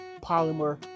Polymer